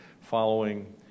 following